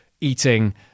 eating